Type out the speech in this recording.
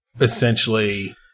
essentially